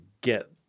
get